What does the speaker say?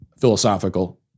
philosophical